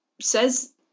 says